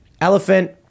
elephant